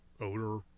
odor